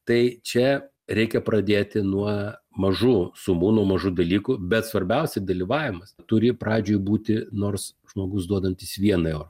tai čia reikia pradėti nuo mažų sumų nuo mažų dalykų bet svarbiausia dalyvavimas turi pradžioj būti nors žmogus duodantis vieną eurą